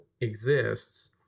exists